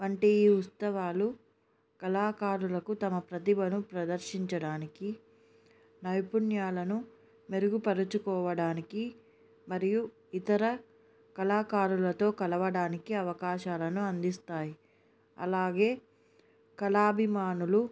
వంటి ఉత్సవాలు కళాకారులకు తమ ప్రతిభను ప్రదర్శించడానికి నైపుణ్యాలను మెరుగుపరుచుకోవడానికి మరియు ఇతర కళాకారులతో కలవడానికి అవకాశాలను అందిస్తాయి అలాగే కళాభిమానులు